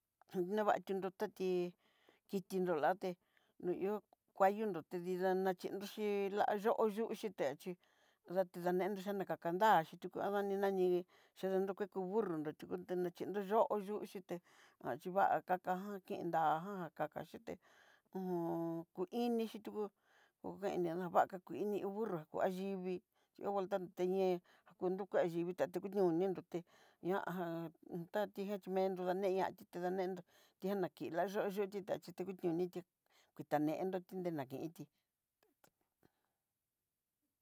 Hó novatunro tatí kitinró latée luyoo kuani nró tida naxhidoxí layo'o yúu xité, chí date danendoxiá ná kakandaxí, tuyú adi ni ña nrivii chedé nani kú burru nró nó xhí naxhinó yo'o yuté, achivava kakaján kindá'a jan kakaxhité ku ini xhitú, kokenña ñava'a ká kú ini uu burro kua yivii, chí ho voltanté'e té ñé'e kudukan xhivitá tuyuñó'o ni nruté ña'a já tatijé mendó añenatí ntidá nendó kianaki tila yo'o yu ditá xhi tuku ñonitió kuitá nendoti denakentí.